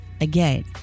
again